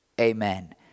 amen